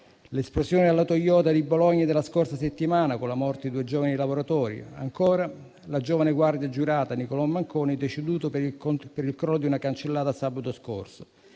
l'esplosione alla Toyota di Bologna della scorsa settimana, con la morte di due giovani lavoratori; ancora, la giovane guardia giurata, Nicolò Meloni, deceduto per il crollo di una cancellata sabato scorso,